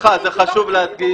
כאן עושים שינוי מבני.